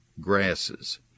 grasses